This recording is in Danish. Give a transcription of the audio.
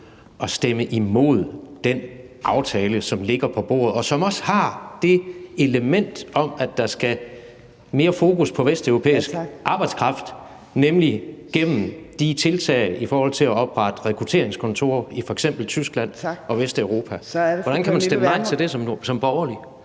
at stemme imod den aftale, som ligger på bordet, og som også har det element med, at der skal mere fokus på vesteuropæisk arbejdskraft, nemlig gennem de tiltag i forhold til at oprette rekrutteringskontorer i f.eks. Tyskland og Vesteuropa? Hvordan kan man stemme nej til det som borgerlig?